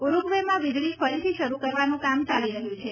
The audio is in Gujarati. ઉરૂગ્વેમાં વીજળી ફરી શરૂ કરવાનું કામ ચાલી રહ્યું છે